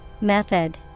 Method